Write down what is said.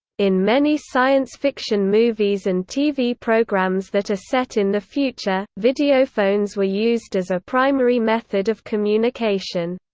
in many science fiction movies and tv programs that are set in the future, videophones were used as a primary method of communication.